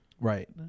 Right